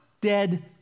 dead